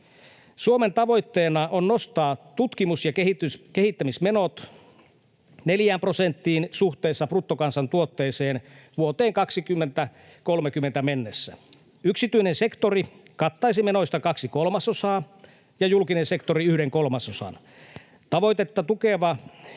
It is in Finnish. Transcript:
Suomen tavoitteena on nostaa tutkimus- ja kehitys- ja kehittämismenot 4 prosenttiin suhteessa bruttokansantuotteeseen vuoteen 2030 mennessä. Yksityinen sektori kattaisi menoista kaksi kolmasosaa ja julkinen sektori yhden kolmasosan. Tavoitetta tukeva